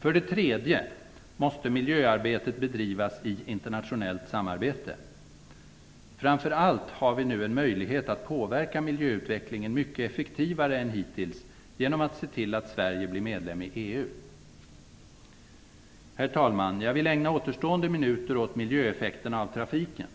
För det tredje måste miljöarbetet bedrivas i internationellt samarbete. Framför allt har vi nu en möjlighet att påverka miljöutvecklingen mycket effektivare än hittills genom att se till att Sverige blir medlem i EU. Herr talman! Jag vill ägna återstående minuter åt miljöeffekterna av trafiken.